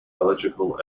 electrical